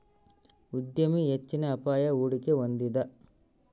ಉದ್ಯಮಿ ಹೆಚ್ಚಿನ ಅಪಾಯ, ಹೂಡಿಕೆ ಹೊಂದಿದ